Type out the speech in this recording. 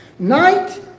Night